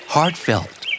Heartfelt